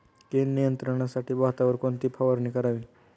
कीड नियंत्रणासाठी भातावर कोणती फवारणी करावी?